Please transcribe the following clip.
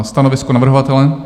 Stanovisko navrhovatele?